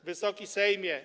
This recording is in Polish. Wysoki Sejmie!